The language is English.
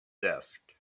desk